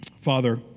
Father